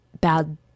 bad